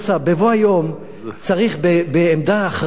בבוא היום צריך בעמדה אחראית,